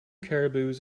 caribous